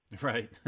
Right